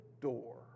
door